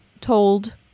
told